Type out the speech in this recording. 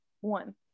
one